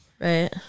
Right